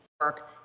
work